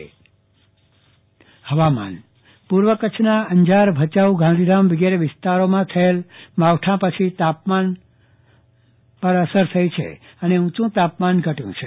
ચંદ્રવદન પટ્ટણી હવામાન પૂર્વ કચ્છમાં અંજાર ભચાઉ ગાંધીધામ વિગેરે વિસ્તારોમાં થયેલ માવઠા પછી તાપમાન પર અસર થઈ છે અને ઉંચુ તાપમાન ઘટ્યું છે